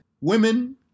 women